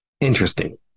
Interesting